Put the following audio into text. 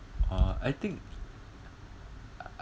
uh I think I